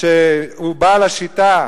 שהוא בעל השיטה,